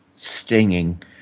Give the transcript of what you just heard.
Stinging